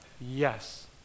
Yes